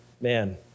Man